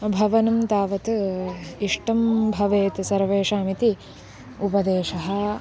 भवनं तावत् इष्टं भवेत् सर्वेषामिति उपदेशः